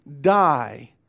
die